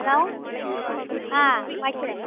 hello ஆ வைக்கிறேன்